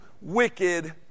wicked